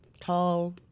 Tall